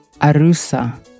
Arusa